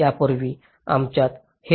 यापूर्वी आमच्यात हेच होते